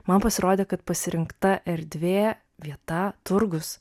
man pasirodė kad pasirinkta erdvė vieta turgus